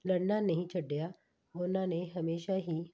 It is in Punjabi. ਲੜਨਾ ਨਹੀਂ ਛੱਡਿਆ ਉਹਨਾਂ ਨੇ ਹਮੇਸ਼ਾ ਹੀ